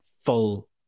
full